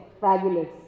Fabulous